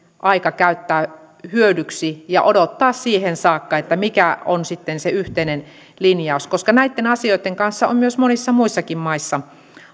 aika käyttää hyödyksi ja odottaa siihen saakka mikä on sitten se yhteinen linjaus koska näitten asioitten kanssa on monissa muissakin eu maissa